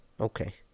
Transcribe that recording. Okay